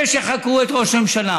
אלה שחקרו את ראש הממשלה.